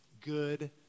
good